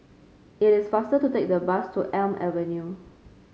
it is faster to take the bus to Elm Avenue